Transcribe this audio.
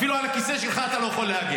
אפילו על הכיסא שלך אתה לא יכול להגן.